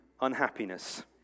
unhappiness